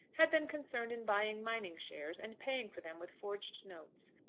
had been concerned in buying mining shares and paying for them with forged notes.